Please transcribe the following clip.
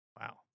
wow